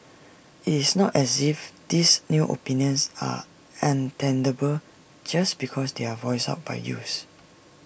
IT is not as if these new opinions are untenable just because they are voiced out by youths